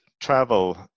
travel